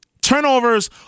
Turnovers